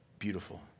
beautiful